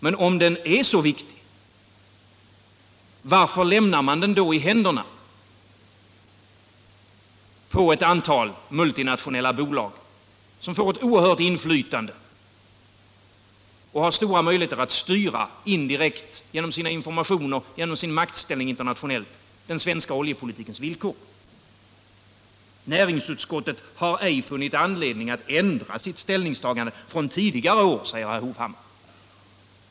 Men om den är så viktig — varför lämnar man den i händerna på ett antal multinationella bolag som får ett oerhört inflytande och har stora möjligheter att indirekt, genom sina informationer och genom sin maktställning internationellt, styra den svenska oljepolitikens villkor? Näringsutskottet har ej funnit anledning att ändra sitt ställningstagande från tidigare år, säger herr Hovhammar.